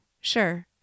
Sure